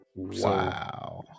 Wow